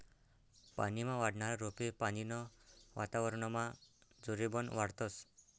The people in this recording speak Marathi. पानीमा वाढनारा रोपे पानीनं वातावरनमा जोरबन वाढतस